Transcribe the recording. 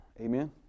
Amen